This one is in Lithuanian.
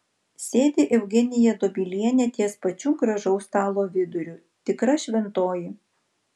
sėdi eugenija dobilienė ties pačiu gražaus stalo viduriu tikra šventoji